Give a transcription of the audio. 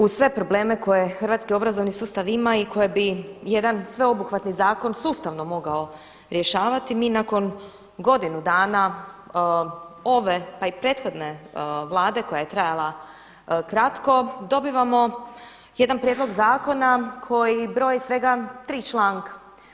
Uz sve probleme koje hrvatski obrazovni sustav ima i koje bi jedan sveobuhvatni zakon sustavno mogao rješavati mi nakon godinu dana ove pa i prethodne Vlade koja je trajala kratko dobivamo jedan prijedlog zakona koji broji svega 3 članka.